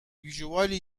usually